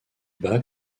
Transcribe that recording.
bat